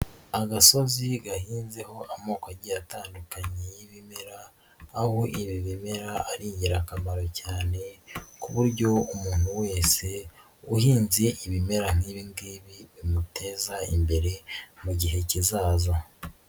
Agasozi gahinzeho amoko agiye atandukanye y'ibimera, aho ibi bimera ari ingirakamaro cyane ku buryo umuntu wese uhinze ibimera nk'ibi ngibi bimuteza imbere mu gihe kizaza.